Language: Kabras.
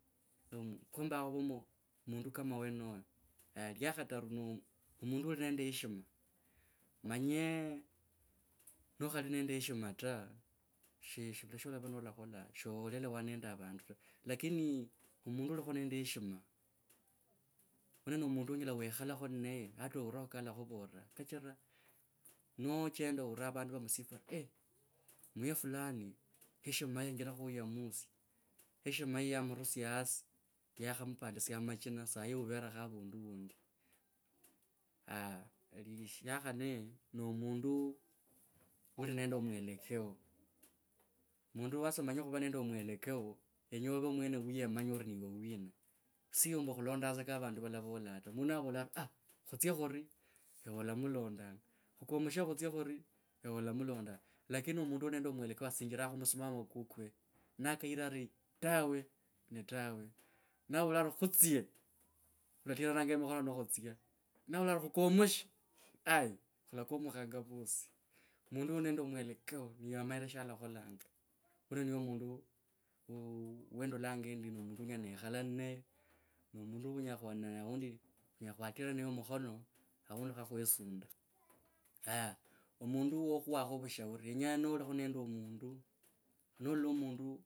No, ndikomba khuva mundu, mundu kama wenoyo. iya khataru no mundu uli nende heshima. Omanye nokhali nende heshima ta, she, shivula sholava nolakhola sholelewana nende avandu ta lakini omundu ulikho nende heshima mwenoyo no mundu wonyela wekhalakho naye hata oulirekho ka alakhuvoranga shichira nacheenda oulna vandu ni va msifa eei muya fulani heshima yiye enjerakho wo yamusia. Heshima yiye yamrusia hasi yakhampandisia machina sahi uverekho avundu undi aah iya khanne no mundu uli nende mwelekeo yenya ovee mwene weyemanya ori niwe wina? Sio ombu khulondaga ka avandu valavolanga ta mundu navola ari aah khutsie khuri. Ni tawe navala ari khutsie khulatirananga mikhono ni khutsia, navola arii khukomushe aaii khulakomukhange vasi mundu uli nende mwelekeo yamanyire shalakhola mwenoyo niye mundu wendolanga endi no mundu wenyela nekhala naye mundu uno aundi khunyela khwatirana naye mikhono aundi kho khwesundu. Mundu wokhukhwakho vushauri yenya nalikho nende mundo nolola mundu. mweneyo niye mundu wenyela nekomba khwikhala naye ama niye mundu wenyela nekomba khuchenda naye ama khutira naye mukhono, kachira umanyire tsa orii, noo, va naye sholativa.